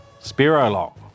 Spirolog